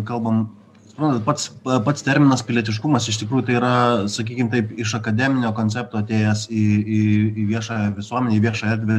kalbam suprantat pats pats terminas pilietiškumas iš tikrųjų tai yra sakykim taip iš akademinio koncepto atėjęs į į į viešą visuomenę į viešą erdvę